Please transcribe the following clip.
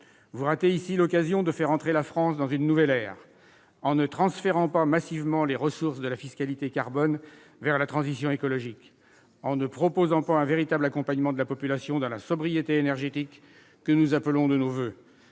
Vous ratez ici l'occasion de faire entrer la France dans une nouvelle ère, en ne transférant pas massivement les ressources de la fiscalité carbone vers la transition écologique ; en ne proposant pas un véritable accompagnement de la population dans la sobriété énergétique que nous appelons de nos voeux